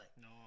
No